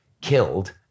killed